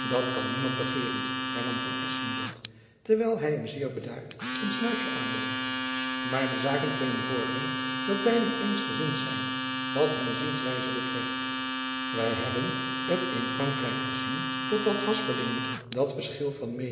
dat kan niemand begeeren hernam van espenblad terwijl hy hem zeer bedaard een snuifjen aanbood maar de zaken kunnen vorderen dat beiden eensgezind zijn wat hun zienswijze betreft wy hebben t in frankrijk gezien tot wat haspelingen dat verschil van